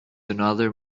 another